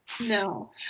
no